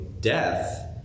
death